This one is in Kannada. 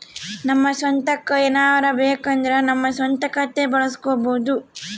ನಮ್ಮ ಸ್ವಂತಕ್ಕ ಏನಾರಬೇಕಂದ್ರ ನಮ್ಮ ಸ್ವಂತ ಖಾತೆ ಬಳಸ್ಕೋಬೊದು